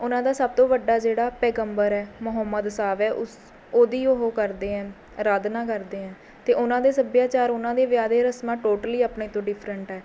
ਉਹਨਾਂ ਦਾ ਸਭ ਤੋਂ ਵੱਡਾ ਜਿਹੜਾ ਪੈਗੰਬਰ ਹੈ ਮੁਹੰਮਦ ਸਾਹਿਬ ਹੈ ਉਸ ਉਹਦੀ ਉਹ ਕਰਦੇ ਐਂ ਅਰਾਧਨਾ ਕਰਦੇ ਐਂ ਅਤੇ ਉਹਨਾਂ ਦੇ ਸੱਭਿਆਚਾਰ ਉਹਨਾਂ ਦੇ ਵਿਆਹ ਦੇ ਰਸਮਾਂ ਟੋਟਲੀ ਆਪਣੇ ਤੋਂ ਡਿੰਫਰੈਟ ਹੈ